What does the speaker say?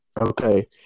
Okay